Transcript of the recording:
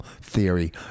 theory